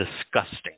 disgusting